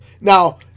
Now